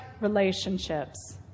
relationships